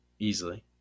Easily